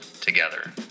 together